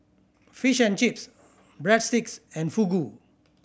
Fish and Chips Breadsticks and Fugu